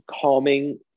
calming